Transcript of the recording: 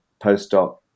postdoc